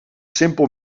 simpel